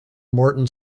morton